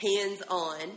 hands-on